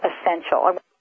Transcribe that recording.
essential